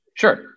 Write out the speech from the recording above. Sure